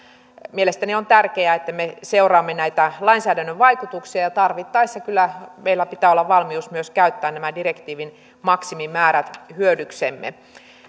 mielestäni on tärkeää että me seuraamme näitä lainsäädännön vaikutuksia ja tarvittaessa kyllä meillä pitää olla valmius myös käyttää nämä direktiivin maksimimäärät hyödyksemme